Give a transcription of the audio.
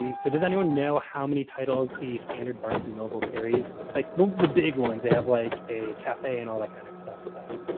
um so, does anyone know how many titles a standard barnes and noble carries, like the big ones? they have like a cafe and all that kind of stuff inside.